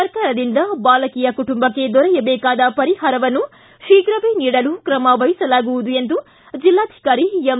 ಸರ್ಕಾರದಿಂದ ಬಾಲಕಿಯ ಕುಟುಂಬಕ್ಕೆ ದೊರೆಯಬೇಕಾದ ಪರಿಹಾರವನ್ನು ಶೀಘವೇ ನೀಡಲು ಕ್ರಮ ವಹಿಸಲಾಗುವುದು ಎಂದು ಜಿಲ್ಲಾಧಿಕಾರಿ ಎಂ